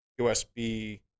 USB